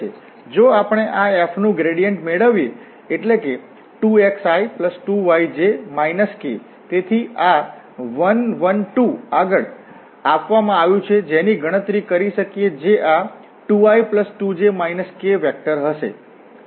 જો આપણે આ f નુ ગ્રેડિયેન્ટ મેળવીએ એટલે કે 2xi2yj k તેથી આ 1 1 2 આગળ આપવામાં આવ્યું છે જેની ગણતરી કરી શકીએ જે આ 2i2j k વેક્ટર હશે